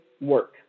work